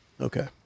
Okay